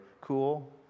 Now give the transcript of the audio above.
cool